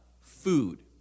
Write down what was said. Food